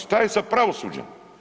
Šta je sa pravosuđem?